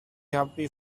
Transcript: happy